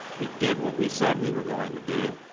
we did what we said we were going to do,